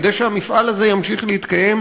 כדי שהמפעל הזה ימשיך להתקיים,